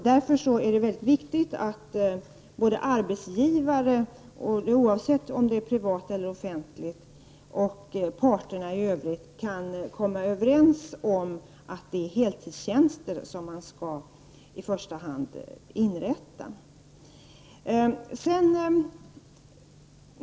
Därför är det viktigt att arbetsgivarna -- oavsett om de är privata eller offentliga -- och parterna i övrigt kan komma överens om att det är heltidstjänster som man skall inrätta i första hand.